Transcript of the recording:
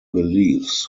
beliefs